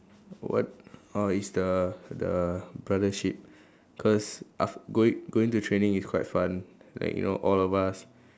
what oh is the the brothership cause af~ going going to training is quite fun like you know all of us